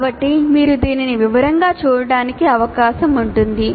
కాబట్టి మీరు దానిని వివరంగా చూడటానికి అవకాశం ఉంటుంది